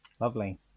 Lovely